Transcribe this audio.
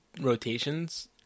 rotations